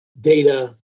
Data